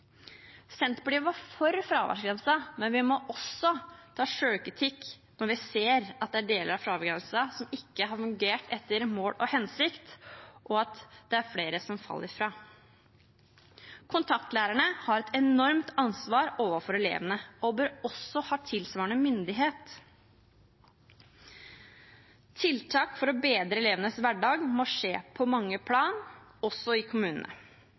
Senterpartiet var for fraværsgrensen, men vi må også ta selvkritikk når vi ser at deler av fraværsgrensen ikke har fungert etter mål og hensikt, og at flere faller fra. Kontaktlærerne har et enormt ansvar overfor elevene, og bør også ha tilsvarende myndighet. Tiltak for å bedre elevenes hverdag må skje på mange plan, også i kommunene.